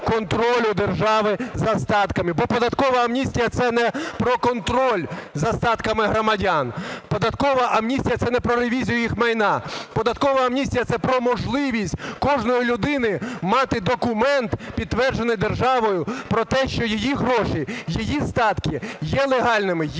контролю держави за статками, бо податкова амністія це не про контроль за статками громадян, податкова амністія це не про ревізію їх майна, податкова амністія – це про можливість кожної людини мати документ, підтверджений державою про те, що її гроші, її статки є легальними, є